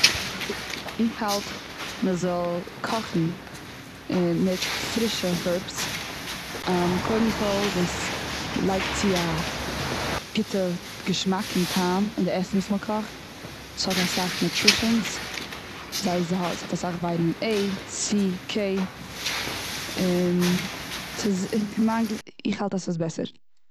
איך האלט מ'זאל קאכן און, מיט פרישע הערבס. קודם כל דאס לייגט צו א גוטע געשמאק און טעם און די עסן וואס מ'קאכט. ס'האט אסאך נוטרישאנס זיי ס'האט אסאך ווייטעמין עי, סי, קעי, און איך האלט אז ס'איז בעסער